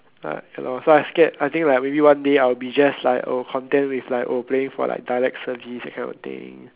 uh ya lor so I scared I think like maybe one day I will be just be like oh content with like or playing for like dialect service that kind of thing